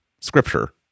scripture